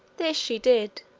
this she did,